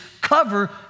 cover